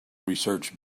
research